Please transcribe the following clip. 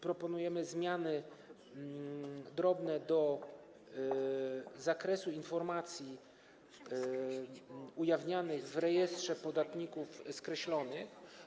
Proponujemy drobne zmiany w zakresie informacji ujawnianych w rejestrze podatników skreślonych.